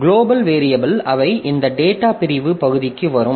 global variable அவை இந்த data பிரிவு பகுதிக்கு வரும்